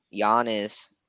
Giannis